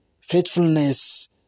faithfulness